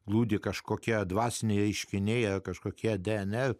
glūdi kažkokia dvasinė ieškinėja kažkokia dnr